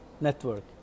network